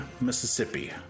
Mississippi